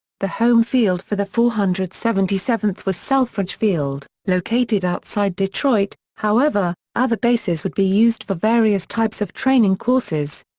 the home field for the four hundred and seventy seventh was selfridge field, located outside detroit, however, other bases would be used for various types of training courses.